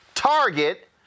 Target